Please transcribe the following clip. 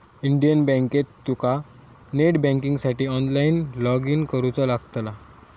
Indian बँकेत तुका net बँकिंगसाठी ऑनलाईन लॉगइन करुचा लागतला